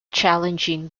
challenging